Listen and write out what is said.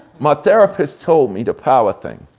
my therapist told me the power thing.